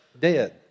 dead